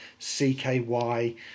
CKY